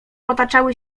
otaczały